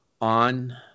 on